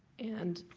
and